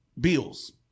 bills